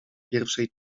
pierwszej